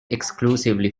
exclusively